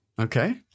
Okay